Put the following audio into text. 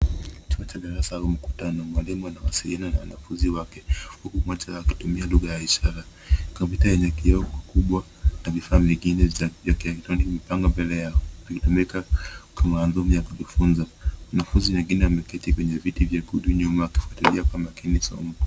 Chumba cha darasa au mkutano mwalimu anawasiliana na wanafunzi wake kwa kutumia lugha ya ishara. Kompyuta yenye kioo kikubwa na vifaa vingine vya kielektroniki vimepangwa mbele yao vikitumika kwa madhumu vya kujifunza. Wanafunzi wengine wameketi kwenye viti vya vikundi nyuma wakifuatilia kwa makini somo.